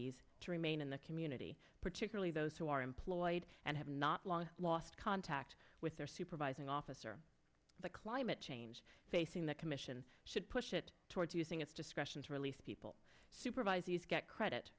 these to remain in the community particularly those who are employed and have not long lost contact with their supervising officer the climate change facing the commission should push it towards using its discretion to release people supervise you get credit